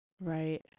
Right